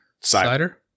Cider